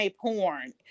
porn